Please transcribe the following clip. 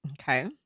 Okay